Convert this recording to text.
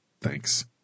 thanks